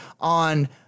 on